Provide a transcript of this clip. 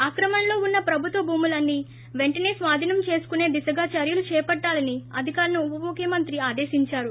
ఆక్రమణలో ఉన్న ప్రభుత్వ భూములన్నీ వెంటసే స్వాధీనం చేసుకునే దిశగా చర్యలు చేపట్టాలని అధికారులను ఉపముఖ్యమంత్రి ి ప్రారంభించారు